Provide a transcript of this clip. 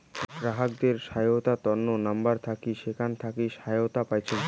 গ্রাহকদের সহায়তার তন্ন যে নাম্বার থাকি সেখান থাকি সহায়তা পাইচুঙ